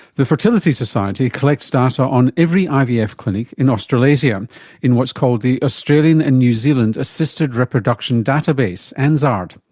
the fertility society collects data on every ivf clinic in australasia in what's called the australian and new zealand assisted reproduction database, anzard.